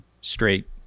straight